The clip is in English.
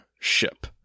Ship